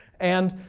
and